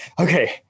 okay